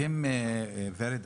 ורד,